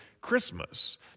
Christmas